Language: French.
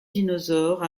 dinosaures